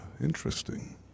Interesting